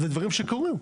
זה דברים שקורים.